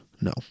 No